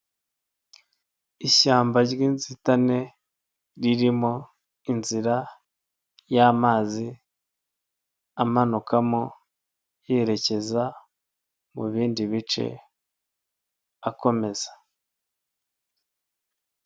Ishyamba ry'inzitane ririmo inzira y'amazi amanukamo yerekeza mu bindi bice akomeza.